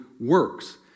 works